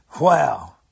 Wow